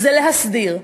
זה להסדיר.